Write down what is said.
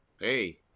hey